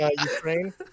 Ukraine